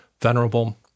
Venerable